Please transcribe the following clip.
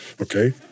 okay